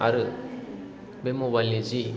आरो बे मबाइल नि जि